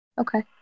Okay